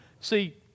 See